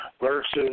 Versus